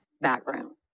background